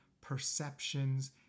perceptions